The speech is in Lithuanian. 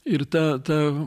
ir ta ta